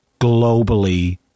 globally